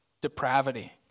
Depravity